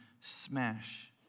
smash